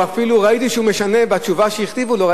אפילו ראיתי שהוא משנה בתשובה שהכתיבו לו.